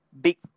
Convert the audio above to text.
big